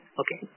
okay